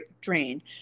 drain